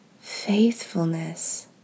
faithfulness